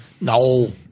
No